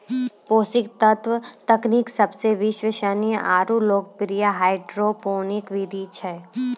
पोषक तत्व तकनीक सबसे विश्वसनीय आरु लोकप्रिय हाइड्रोपोनिक विधि छै